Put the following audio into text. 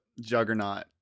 juggernaut